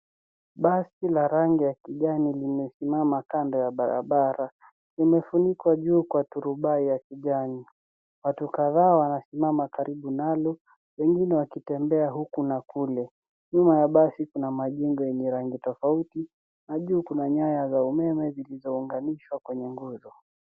Basi la rangi ya kijani limesimama kando ya barabara. Limefunikwa juu kwa turubahi ya kijani. Watu kadhaa wanasimama karibu nalo wengine wakitembea huku na kule. Nyuma ya basi kuna majengo yenye rangi tofauti na juu kuna nyaya za umeme, zilizounganishwa kwenye nguzo.